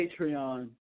Patreon